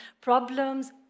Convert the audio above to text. problems